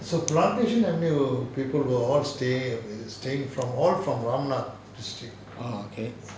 orh okay